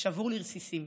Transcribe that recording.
שבורה לרסיסים.